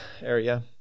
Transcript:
area